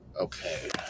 Okay